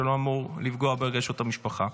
כשהוא לא אמור לפגוע ברגשות המשפחה.